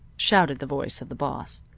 shouted the voice of the boss.